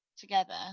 Together